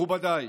מכובדיי,